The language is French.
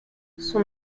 son